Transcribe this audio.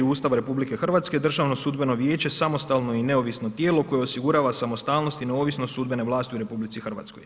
Ustava RH Državno sudbeno vijeće samostalno je i neovisno tijelo koje osigurava samostalnost i neovisnost sudbene vlasti u RH.